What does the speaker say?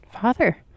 father